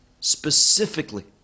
specifically